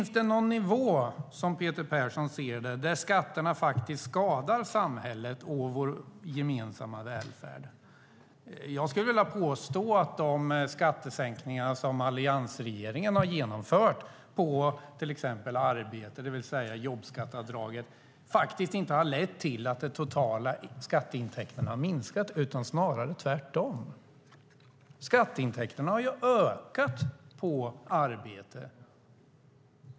Ser Peter Persson någon nivå där skatterna skadar samhället och vår gemensamma välfärd? Jag skulle vilja påstå att de skattesänkningar som alliansregeringen har genomfört på till exempel arbete, det vill säga jobbskatteavdraget, faktiskt inte har lett till att de totala skatteintäkterna har minskat utan snarare tvärtom. Skatteintäkterna har ju ökat på arbete.